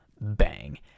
bang